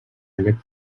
aquest